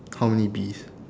how many bees